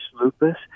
lupus